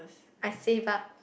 I save up